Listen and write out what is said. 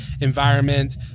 environment